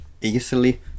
easily